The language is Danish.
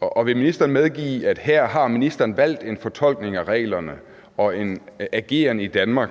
Og vil ministeren medgive, at her har ministeren valgt en fortolkning af reglerne og en ageren i Danmark